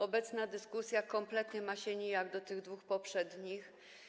Obecna dyskusja kompletnie ma się nijak do tych dwóch poprzednich.